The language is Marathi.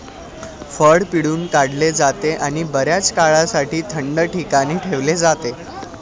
फळ पिळून काढले जाते आणि बर्याच काळासाठी थंड ठिकाणी ठेवले जाते